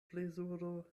plezuro